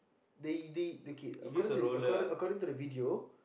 they they okay according according according to the video